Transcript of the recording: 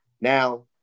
Now